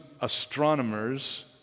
astronomers